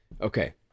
Okay